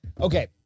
Okay